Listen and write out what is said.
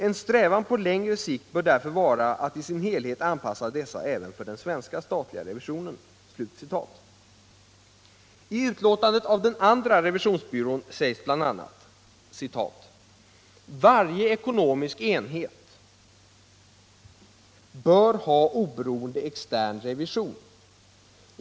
En strävan på längre sikt bör därför vara att i sin helhet anpassa dessa även för den svenska statliga revisionen.” I utlåtandet av den andra revisionsbyrån sägs bl.a.: ”Varje ekonomisk enhet bör ha oberoende extern revision.